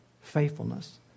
faithfulness